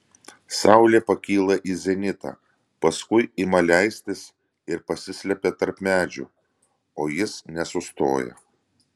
saulė pakyla į zenitą paskui ima leistis ir pasislepia tarp medžių o jis nesustoja